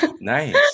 Nice